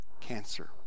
cancer